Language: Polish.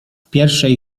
pierwszej